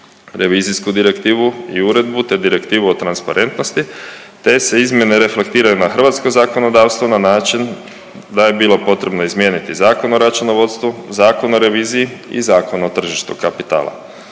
Revizijsku direktivu i uredbu i uredbu te Direktivu o transparentnosti te se izmjene reflektiraju na hrvatsko zakonodavstvo na način da je bilo potrebno izmijeniti Zakon o računovodstvu, Zakon o reviziji i Zakon o tržištu kapitala.